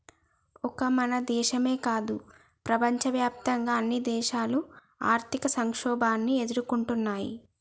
ఒక మన దేశమో కాదు ప్రపంచవ్యాప్తంగా అన్ని దేశాలు ఆర్థిక సంక్షోభాన్ని ఎదుర్కొంటున్నయ్యి